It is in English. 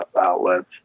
outlets